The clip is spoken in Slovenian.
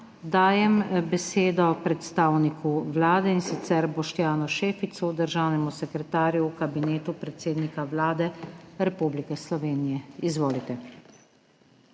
dajem besedo predstavniku Vlade, in sicer Boštjanu Šeficu, državnemu sekretarju v Kabinetu predsednika Vlade Republike Slovenije. Izvolite.